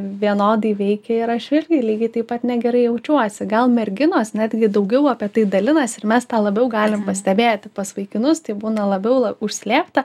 vienodai veikia ir aš irgi lygiai taip pat negerai jaučiuosi gal merginos netgi daugiau apie tai dalinasi ir mes tą labiau galim pastebėti pas vaikinus tai būna labiau užslėpta